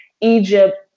Egypt